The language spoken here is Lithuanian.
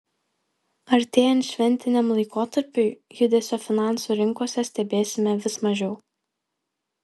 artėjant šventiniam laikotarpiui judesio finansų rinkose stebėsime vis mažiau